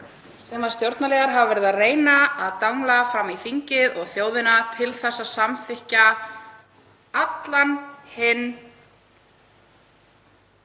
sem stjórnarliðar hafa verið að reyna að dingla framan í þingið og þjóðina til að samþykkja allan hinn